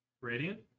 Radiant